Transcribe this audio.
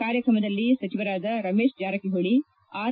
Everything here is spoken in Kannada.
ಕಾರ್ಯಕ್ರಮದಲ್ಲಿ ಸಚಿವರಾದ ರಮೇಶ್ ಜಾರಕಿ ಹೊಳಿ ಆರ್